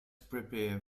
prepare